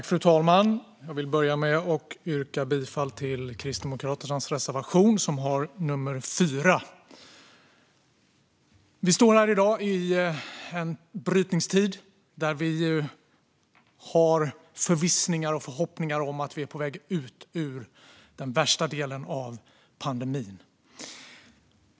Fru talman! Jag vill börja med att yrka bifall till Kristdemokraternas reservation, som har nummer 4. Vi står här i dag i en brytningstid, där vi har förvissningar eller förhoppningar om att vi är på väg ut ur den värsta delen av pandemin.